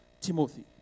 Timothy